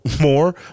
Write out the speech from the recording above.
more